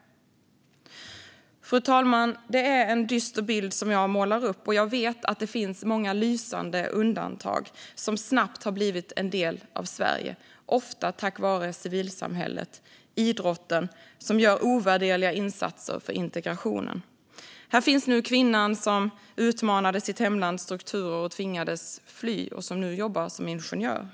Fru talman! Det är en dyster bild jag målar upp. Och jag vet att det finns många lysande undantag som snabbt blivit en del av Sverige, ofta tack vare civilsamhället och idrotten, som gör ovärderliga insatser för integrationen. Här finns kvinnan som utmanade sitt hemlands strukturer och tvingades fly och som nu jobbar som ingenjör.